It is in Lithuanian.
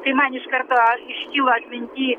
tai man iškarto iškilo atminty